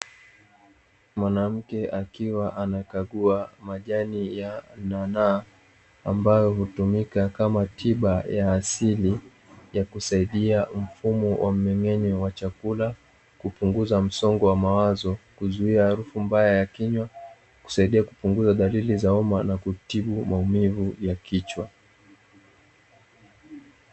Mwanamke akiwa anakagua majani ya nanaa, ambayo hutumika kama tiba ya asili ya kusaidia mfumo wa mmeng'enyo wa chakula, kupunguza msongo wa mawazo, kuzuia harufu mbaya ya kinywa, kusaidia kupunguza dalili za homa na kutibu maumivu ya kichwa.